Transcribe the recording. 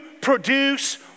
produce